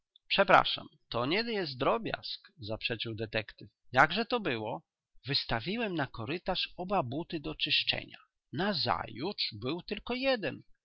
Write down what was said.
przepraszam to nie jest drobiazg zaprzeczył detektyw jakże to było wystawiłem na korytarz oba buty do czyszczenia nazajutrz był tylko jeden